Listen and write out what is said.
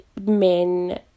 men